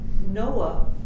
Noah